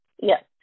Yes